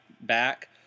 back